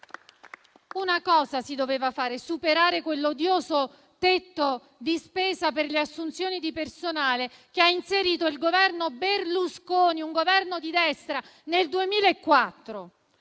una cosa, superare quell'odioso tetto di spesa per le assunzioni di personale che ha inserito il Governo Berlusconi, un Governo di destra, nel 2004.